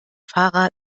fahrrad